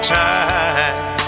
time